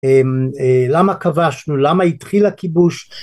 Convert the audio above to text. למה כבשנו? למה התחיל הכיבוש?